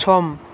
सम